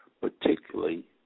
particularly